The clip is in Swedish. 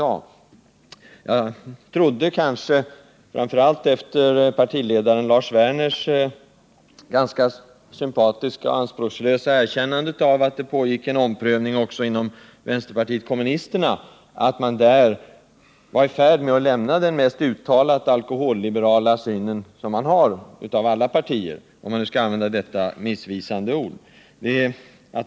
Jag trodde, framför allt efter partiledaren Lars Werners sympatiska och anspråkslösa erkännande i TV inför valet av att det pågick en omprövning också inom vänsterpartiet kommunisterna, att vpk var i färd med att lämna den mest uttalat ”alkoholliberala” synen bland alla partier — om man nu skall använda detta missvisande ord.